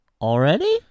Already